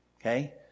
okay